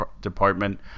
department